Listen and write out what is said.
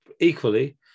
Equally